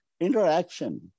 interaction